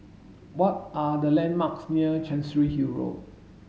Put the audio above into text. what are the landmarks near Chancery Hill Road